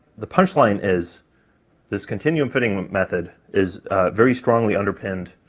the punchline is this continuum fitting method is very strongly underpinned,